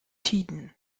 tiden